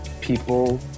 people